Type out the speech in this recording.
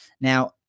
Now